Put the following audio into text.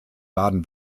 baden